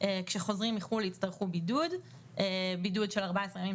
כשהם חוזרים מחו"ל הם יצטרכו בידוד של 14 ימים,